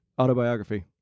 autobiography